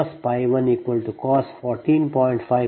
ಇದರರ್ಥ ಇದು cos 1 cos 14